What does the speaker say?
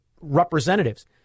representatives